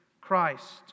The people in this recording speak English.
Christ